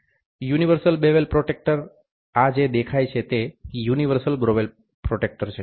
universal bevel protractor આ જે દેખાય છે તે યુનિવર્સલ બેવલ પ્રોટ્રેક્ટર છે